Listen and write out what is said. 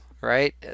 right